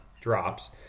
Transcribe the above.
drops